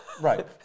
Right